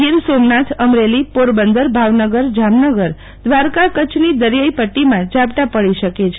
ગીરસોમનાથ અમરેલી પોરબંદર ભાવગનર જામનગર દ્વારકા કચ્છની દરિયાઇ પદ્દીમાં ઝાપટાં પડી શકે છે